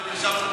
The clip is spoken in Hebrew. אני הצבעתי